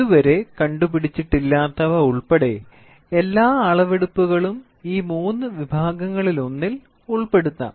ഇതുവരെ കണ്ടുപിടിച്ചിട്ടില്ലാത്തവ ഉൾപ്പെടെ എല്ലാ അളവെടുപ്പുകളും ഈ മൂന്ന് വിഭാഗങ്ങളിലൊന്നിൽ ഉൾപ്പെടുത്താം